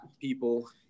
people